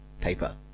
paper